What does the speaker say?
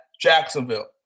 Jacksonville